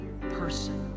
person